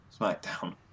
SmackDown